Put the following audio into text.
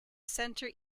centre